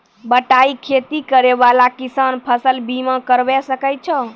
बटाई खेती करै वाला किसान फ़सल बीमा करबै सकै छौ?